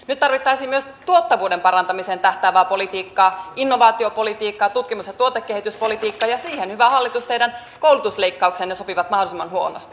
nyt tarvittaisiin myös tuottavuuden parantamiseen tähtäävää politiikkaa innovaatiopolitiikkaa tutkimus ja tuotekehityspolitiikkaa ja siihen hyvä hallitus teidän koulutusleikkauksenne sopivat mahdollisimman huonosti